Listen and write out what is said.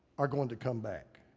are going to come back.